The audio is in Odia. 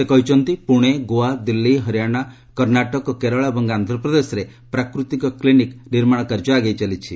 ସେ କହିଛନ୍ତି ପୁଣେ ଗୋଆ ଦିଲ୍ଲୀ ହରିୟାଣା କର୍ଷ୍ଣାଟକ କେରଳ ଏବଂ ଆନ୍ଧ୍ରପ୍ରଦେଶରେ ପ୍ରାକୃତିକ କ୍ଲିନିକ୍ ନିର୍ମାଣ କାର୍ଯ୍ୟ ଆଗେଇ ଚାଲିଛି